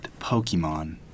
Pokemon